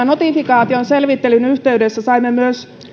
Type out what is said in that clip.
notifikaation selvittelyn yhteydessä saimme myös